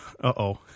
Uh-oh